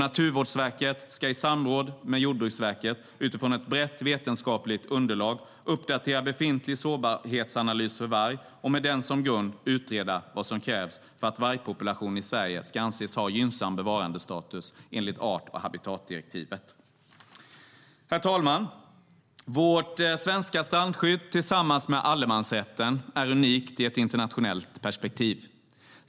Naturvårdsverket ska i samråd med Jordbruksverket utifrån ett brett vetenskapligt underlag uppdatera befintlig sårbarhetsanalys för varg och med den som grund utreda vad som krävs för att vargpopulationen i Sverige ska anses ha gynnsam bevarandestatus enligt art och habitatdirektivet. Herr talman! Vårt svenska strandskydd är tillsammans med allemansrätten unikt i ett internationellt perspektiv.